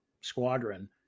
squadron